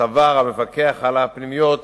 סבר המפקח על הפנימיות